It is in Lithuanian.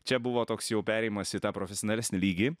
čia buvo toks jau perėjimas į tą profesionalesnį lygį